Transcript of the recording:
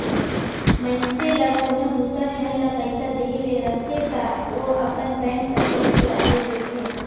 मइनसे ल कोनो दूसर झन ल पइसा देहे ले रहथे ता ओ अपन बेंक कर चेक ल दे देथे